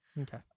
Okay